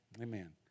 Amen